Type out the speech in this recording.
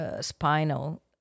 spinal